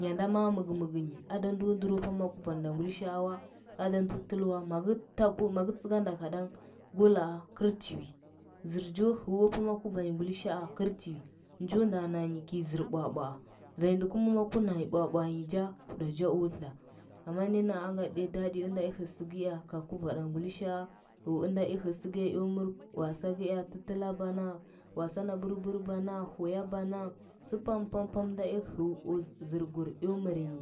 Nyanda mɚgɚmɚgɚnyi ada ndo ndɚro pama guvanda ngulishaa wa, ada ndo tɚlɚ wa magɚ tabo, magɚ tsɚganda kaɗan go laa kɚl tiwi zɚr jo heo pama guvanyi ngulishaa gɚl tiwi njo nda nanyi kɚi zɚr bwabwaa vaindɚ guma maga- nanyi bwabwanyi ja huɗajo o tla amma ke naa aganɗiya daɗi ɚnda ea hɚ sɚkɚ ea ka kuvaɗa ngulishaa ya ɚnda i hɚ sɚkɚ ea eo mɚr wasa kɚea, tɚtɚl bana, wasa na bɚrbɚr bana, huya bana, sɚ pam pam pam nda eo hɚu o zɚrkuri mɚrnyi